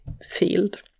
field